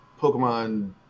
Pokemon